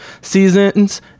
seasons